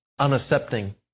unaccepting